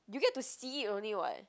you get to see it only [what]